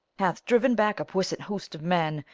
hath driven back a puissant host of men,